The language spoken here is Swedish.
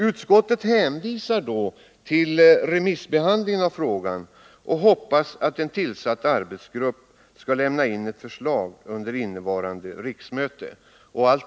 Utskottet hänvisar till remissbehandlingen av frågan och hoppas att en tillsatt arbetsgrupp skall lämna in ett förslag under innevarande riksmöte.